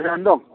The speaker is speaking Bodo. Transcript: मोजाङानो दं